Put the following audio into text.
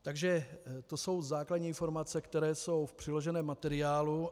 Takže to jsou základní informace, které jsou v přiloženém materiálu.